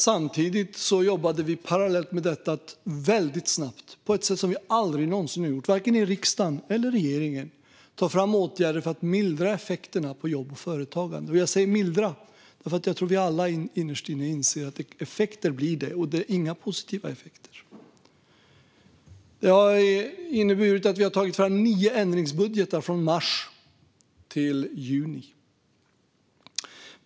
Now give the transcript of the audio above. Samtidigt jobbade vi parallellt med detta väldigt snabbt på ett sätt som vi aldrig någonsin har gjort, varken i riksdagen eller i regeringen, med att ta fram åtgärder för att mildra effekterna på jobb och företagande. Jag säger "mildra" för att jag tror att vi alla innerst inne inser att det blir effekter, och det är inga positiva effekter. Detta har inneburit att vi har tagit fram nio ändringsbudgetar från mars till juni.